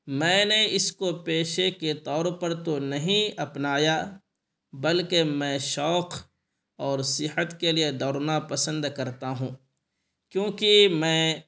میں نے اس کو پیشے کے طور پر تو نہیں اپنایا بلکہ میں شوق اور صحت کے لیے دوڑنا پسند کرتا ہوں کیونکہ میں